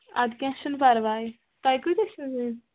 اَدٕ کینٛہہ چھُنہ پرواے تۄہہ کۭتِس چھُو نیُن